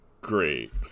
great